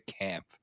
Camp